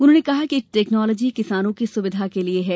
उन्होंने कहा कि टेक्नालॉजी किसानों की सुविधा के लिये है